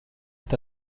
est